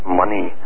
money